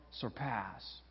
surpass